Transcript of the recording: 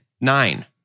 nine